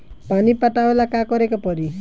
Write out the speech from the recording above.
पानी पटावेला का करे के परी?